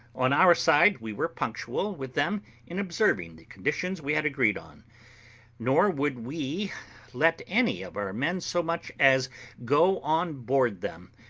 on our side, we were punctual with them in observing the conditions we had agreed on nor would we let any of our men so much as go on board them,